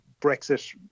Brexit